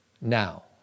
Now